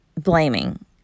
blaming